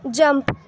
jump